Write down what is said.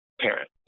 parent